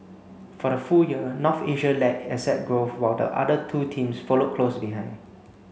for the full year North Asia led asset growth while the other two teams followed close behind